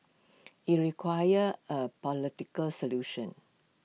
IT requires A political solution